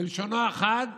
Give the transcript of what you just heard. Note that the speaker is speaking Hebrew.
בלשונו החד,